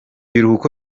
biruhuko